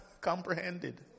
comprehended